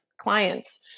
clients